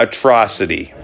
Atrocity